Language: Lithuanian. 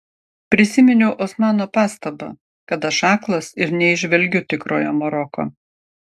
prisiminiau osmano pastabą kad aš aklas ir neįžvelgiu tikrojo maroko